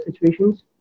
situations